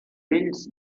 vells